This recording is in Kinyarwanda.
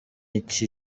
iki